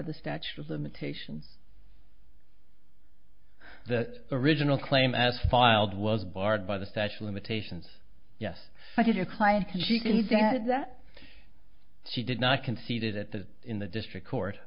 the statute of limitations the original claim as filed was barred by the fashion limitations yes i did your client and she can said that she did not conceded at the in the district court